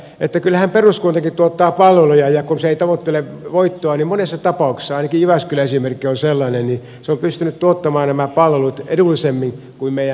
kyllähän peruskuntakin tuottaa palveluja ja kun se ei tavoittele voittoa niin monessa tapauksessa ainakin jyväskylän esimerkki on sellainen se on pystynyt tuottamaan nämä palvelut edullisemmin kuin meidän mahdollinen yhtiö